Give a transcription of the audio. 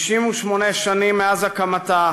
68 שנים מאז הקמתה